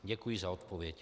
Děkuji za odpověď.